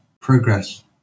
progress